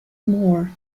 more